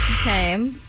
Okay